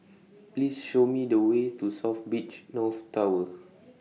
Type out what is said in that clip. Please Show Me The Way to South Beach North Tower